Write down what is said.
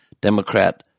Democrat